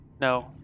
no